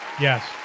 Yes